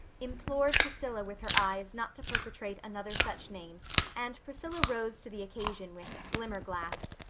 implored priscilla with her eyes not to perpetrate another such name and priscilla rose to the occasion with glimmer-glass.